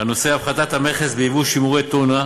בנושא הפחתת המכס על יבוא שימורי טונה.